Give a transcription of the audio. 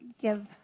give